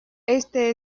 este